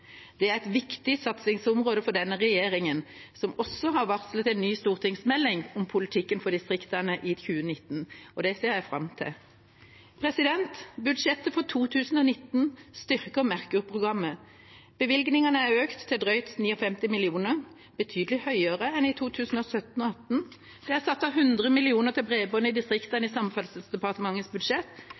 Det er et viktig satsingsområde for denne regjeringa, som også har varslet en ny stortingsmelding om politikken for distriktene i 2019. Det ser jeg fram til. Budsjettet for 2019 styrker Merkur-programmet. Bevilgningene er økt til drøyt 59 mill. kr, betydelig høyere enn i 2017 og 2018. Det er satt av 100 mill. kr til bredbånd i distriktene i Samferdselsdepartementets budsjett,